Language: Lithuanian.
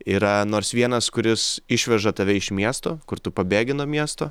yra nors vienas kuris išveža tave iš miesto kur tu pabėgi nuo miesto